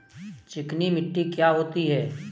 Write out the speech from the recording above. चिकनी मिट्टी क्या होती है?